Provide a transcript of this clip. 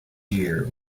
year